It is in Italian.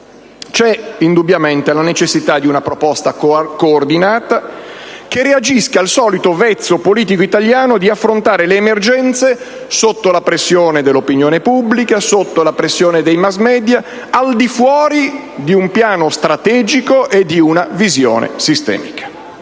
dubbio si avverte la necessità di una proposta coordinata, che reagisca al solito vezzo politico italiano di affrontare le emergenze sotto la pressione dell'opinione pubblica e dei *mass media*, al di fuori di un piano strategico e di una visione sistemica.